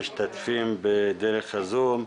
בוקר טוב למשתתפים איתנו כאן באולם וגם למשתתפים דרך הזום.